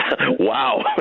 Wow